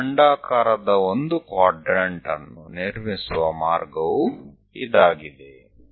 ಈ ಅಂಡಾಕಾರದ ಒಂದು ಕ್ವಾಡ್ರೆಂಟ್ ಅನ್ನು ನಿರ್ಮಿಸುವ ಮಾರ್ಗವು ಇದಾಗಿದೆ